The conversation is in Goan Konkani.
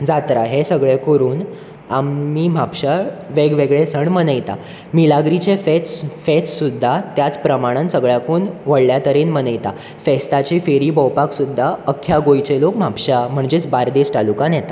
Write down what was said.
जात्रा हें सगलें करून आमी म्हापशां वेगवेगळे सण मनयता मिलाग्रीचें फेस्त फेस्त सुद्दां त्याच प्रमाणान सगल्याकून व्हडल्या तरेन मनयता फेस्ताची फेरी भोंवपाक सुद्दां अख्ख्या गोंयचे लोक म्हापशां म्हणजे बारदेस तालुकान येता